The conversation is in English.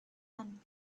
and